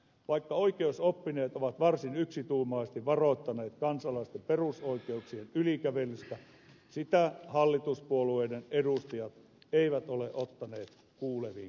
vaikka oikeusoppineet ovat varsin yksituumaisesti varoittaneet kansalaisten perusoikeuksien ylikävelystä sitä hallituspuolueiden edustajat eivät ole ottaneet kuuleviin korviin